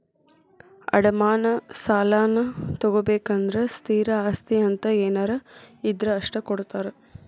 ಅಡಮಾನ ಸಾಲಾನಾ ತೊಗೋಬೇಕಂದ್ರ ಸ್ಥಿರ ಆಸ್ತಿ ಅಂತ ಏನಾರ ಇದ್ರ ಅಷ್ಟ ಕೊಡ್ತಾರಾ